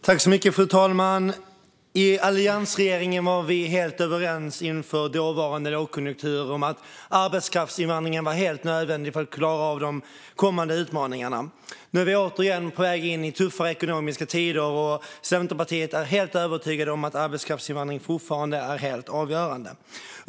Fru talman! I alliansregeringen var vi helt överens inför dåvarande lågkonjunktur om att arbetskraftsinvandringen var helt nödvändig för att klara av de kommande utmaningarna. Nu är vi återigen på väg in i tuffare ekonomiska tider. Centerpartiet är helt övertygat om att arbetskraftsinvandring fortfarande är helt avgörande.